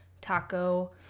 taco